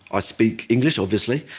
i speak english, obviously,